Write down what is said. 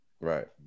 right